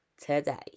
today